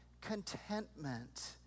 contentment